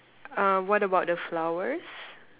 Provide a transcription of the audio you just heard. um what about the flowers